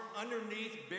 underneath